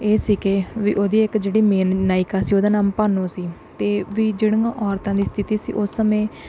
ਇਹ ਸੀਗੇ ਵੀ ਉਹਦੀ ਇੱਕ ਜਿਹੜੀ ਮੇਨ ਨਾਈਕਾ ਸੀ ਉਹਦਾ ਨਾਮ ਭਾਨੋ ਸੀ ਅਤੇ ਵੀ ਜਿਹੜੀਆਂ ਔਰਤਾਂ ਲਈ ਸਥਿਤੀ ਸੀ ਉਸ ਸਮੇਂ